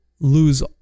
lose